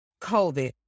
covid